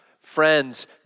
friends